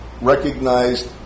recognized